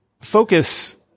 focus